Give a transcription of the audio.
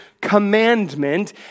commandment